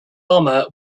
bomber